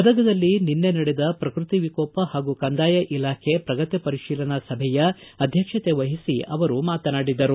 ಗದಗದಲ್ಲಿ ನಿನ್ನೆ ನಡೆದ ಪ್ರಕೃತಿ ವಿಕೋಪ ಹಾಗೂ ಕಂದಾಯ ಇಲಾಖೆ ಪ್ರಗತಿ ಪರಿಶೀಲನಾ ಸಭೆಯ ಅಧ್ಯಕ್ಷತೆ ವಹಿಸಿ ಅವರು ಮಾತನಾಡಿದರು